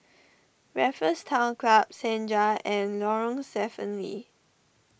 Raffles Town Club Senja and Lorong Stephen Lee